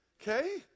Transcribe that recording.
Okay